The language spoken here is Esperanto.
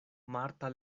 marta